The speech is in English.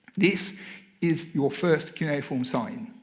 this is your first cuneiform sign.